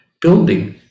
building